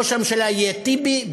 ראש הממשלה יהיה טיבי,